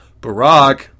Barack